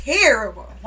terrible